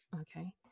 okay